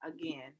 Again